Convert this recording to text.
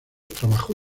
trabajó